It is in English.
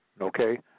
Okay